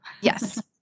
Yes